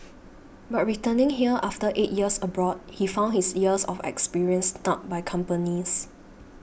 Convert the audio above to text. but returning here after eight years abroad he found his years of experience snubbed by companies